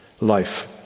life